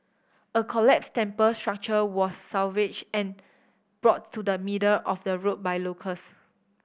a collapsed temple structure was salvaged and brought to the middle of the road by locals